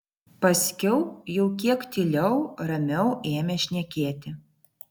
paskiau jau kiek tyliau ramiau ėmė šnekėti